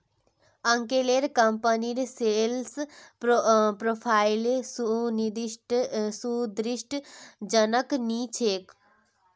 अंकलेर कंपनीर sales profile संतुष्टिजनक नी छोक